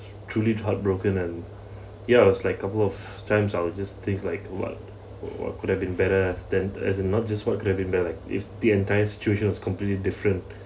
truly heartbroken and ya I was like couple of times I will just think like what what what could have been better as then as in not just what could have been better if the entire situation is completely different